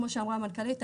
כמו שאמרה המנכ"לית,